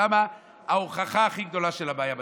שם ההוכחה הכי גדולה של הבעיה בדיון.